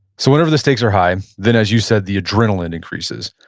so whenever the stakes are high, then as you said, the adrenaline increases.